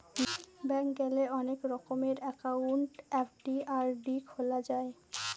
bank গেলে অনেক রকমের একাউন্ট এফ.ডি, আর.ডি খোলা যায়